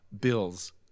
Bills